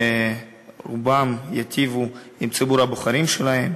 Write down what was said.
שרובם ייטיבו עם ציבור הבוחרים שלהם,